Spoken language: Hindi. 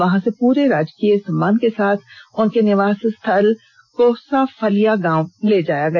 वहां से पूरे सम्मान के साथ उनके निवास स्थल कोसाफलिया गांव ले जाया जाया गया